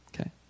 Okay